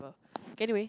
anyway